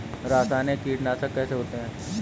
रासायनिक कीटनाशक कैसे होते हैं?